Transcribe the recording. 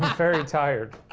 very tired,